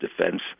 defense